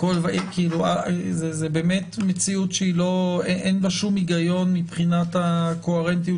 זאת באמת מציאות שאין בה שום הגיון מבחינת הקוהרנטיות